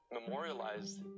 memorialized